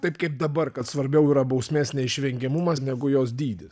taip kaip dabar kad svarbiau yra bausmės neišvengiamumas negu jos dydis